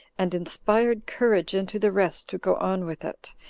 and inspired courage into the rest to go on with it,